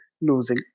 losing